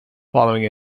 following